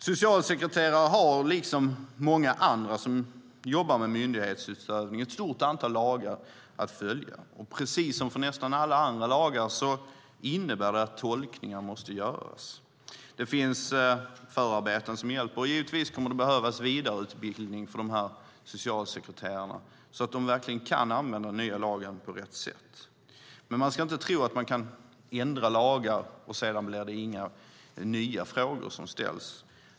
Socialsekreterare har liksom många andra som jobbar med myndighetsutövning ett stort antal lagar att följa. Precis som för nästan alla andra lagar innebär det att tolkningar måste göras. Det finns förarbeten som hjälper. Det kommer givetvis att behövas vidareutbildning för socialsekreterarna så att de verkligen kan använda den nya lagen på rätt sätt. Men man ska inte tro att man kan ändra lagar och att det sedan inte blir några nya frågor som ställs.